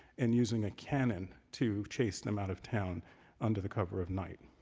and using a cannon to chase them out of town under the cover of night.